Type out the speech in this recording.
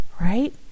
right